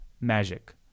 magic